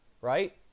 right